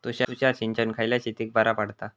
तुषार सिंचन खयल्या शेतीक बरा पडता?